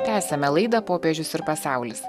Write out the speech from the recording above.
tęsiame laidą popiežius ir pasaulis